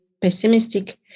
pessimistic